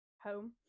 home